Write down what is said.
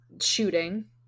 shooting